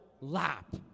lap